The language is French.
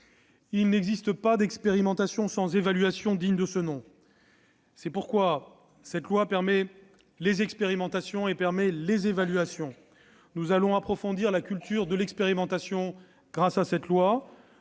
Il n'existe pas d'expérimentation sans évaluation digne de ce nom. Ce projet de loi permet les expérimentations et les évaluations. Nous allons approfondir la culture de l'expérimentation grâce à cette loi.